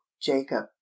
Jacob